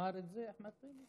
אמר את זה אחמד טיבי?